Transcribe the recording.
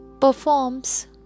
performs